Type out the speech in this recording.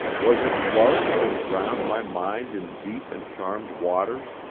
was it love that drowned my mind in deep and charmed waters,